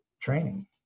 training